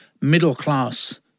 middle-class